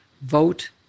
vote